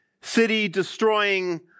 city-destroying